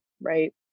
right